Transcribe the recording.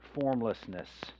formlessness